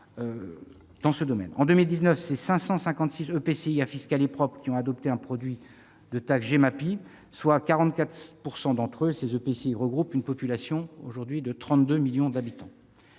En 2019, ce sont 556 EPCI à fiscalité propre qui ont adopté un produit de taxe Gemapi, soit 44 % du total. Ces EPCI regroupent une population de 32 millions d'habitants.